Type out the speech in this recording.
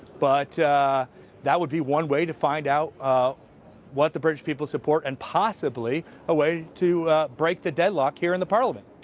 but that would be one way to find out what the british people support, and possibly a way to break the deadlock here in the parliament.